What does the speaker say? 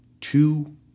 two